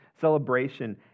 Celebration